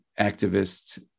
activists